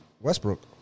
Westbrook